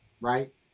right